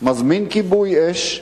מזמין כיבוי אש,